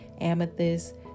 amethyst